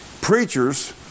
Preachers